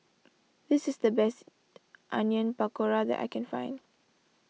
this is the best Onion Pakora that I can find